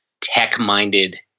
tech-minded